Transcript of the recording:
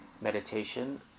Meditation